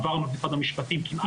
עברנו את משרד המשפטים כמעט לגמרי.